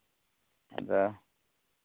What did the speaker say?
ᱟᱫᱚ